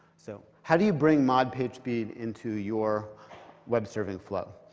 so how do you bring mod pagespeed into your web server flow?